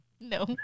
No